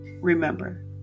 Remember